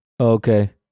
Okay